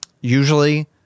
usually